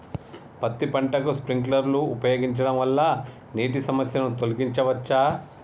పత్తి పంటకు స్ప్రింక్లర్లు ఉపయోగించడం వల్ల నీటి సమస్యను తొలగించవచ్చా?